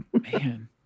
Man